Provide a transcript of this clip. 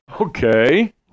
Okay